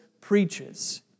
preaches